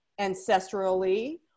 ancestrally